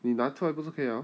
你拿出来不是可以 liao